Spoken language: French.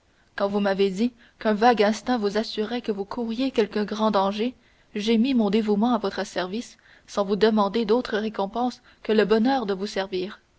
quand vous m'avez dit qu'un vague instinct vous assurait que vous couriez quelque grand danger j'ai mis mon dévouement à votre service sans vous demander d'autre récompense que le bonheur de vous servir